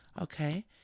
Okay